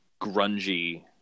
grungy